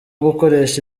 gukoresha